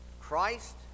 Christ